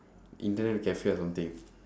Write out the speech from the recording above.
internet cafe or something